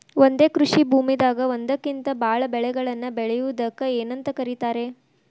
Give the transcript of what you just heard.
ಒಂದೇ ಕೃಷಿ ಭೂಮಿದಾಗ ಒಂದಕ್ಕಿಂತ ಭಾಳ ಬೆಳೆಗಳನ್ನ ಬೆಳೆಯುವುದಕ್ಕ ಏನಂತ ಕರಿತಾರೇ?